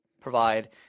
provide